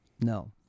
No